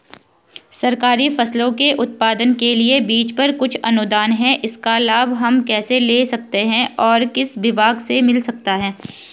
सरकारी फसलों के उत्पादन के लिए बीज पर कुछ अनुदान है इसका लाभ हम कैसे ले सकते हैं और किस विभाग से मिल सकता है?